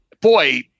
boy